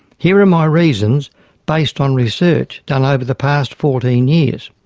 here are my reasons based on research done over the past fourteen years.